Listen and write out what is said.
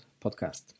podcast